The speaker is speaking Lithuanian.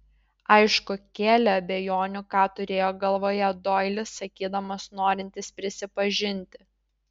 aišku kėlė abejonių ką turėjo galvoje doilis sakydamas norintis prisipažinti